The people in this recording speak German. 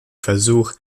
versuch